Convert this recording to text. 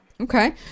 Okay